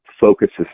focuses